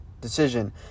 decision